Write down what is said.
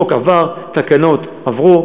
החוק עבר, תקנות עברו.